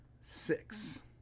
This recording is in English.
six